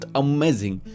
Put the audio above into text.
amazing